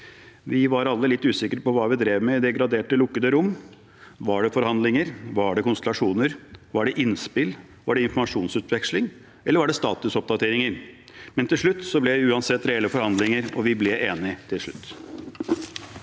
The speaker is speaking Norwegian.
Vi var alle litt usikre på hva vi drev med i det graderte lukkede rom. Var det forhandlinger? Var det konstellasjoner? Var det innspill og informasjonsutveksling, eller var det statusoppdateringer? Men til slutt ble det uansett reelle forhandlinger, og vi ble enige til slutt.